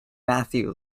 matthew